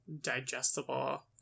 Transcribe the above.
digestible